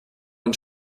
man